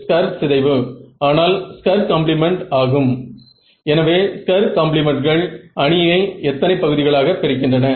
மின் தடையானது 75லிருந்து 80 ஓம்ஸ்க்கு அருகில் இருக்கிறது